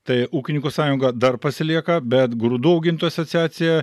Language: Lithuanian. tai ūkininkų sąjunga dar pasilieka bet grūdų augintojų asociacija